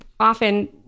often